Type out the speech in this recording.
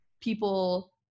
people